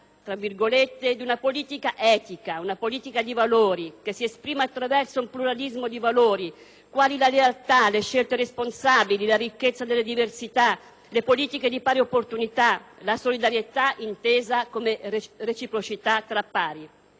richiesta di «una politica etica, una politica di valori, che si esprime attraverso un pluralismo di valori, quali la lealtà, le scelte responsabili, la ricchezza delle diversità, le politiche di pari opportunità, la solidarietà intesa come reciprocità tra pari».